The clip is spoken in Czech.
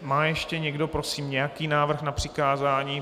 Má ještě někdo prosím nějaký návrh na přikázání?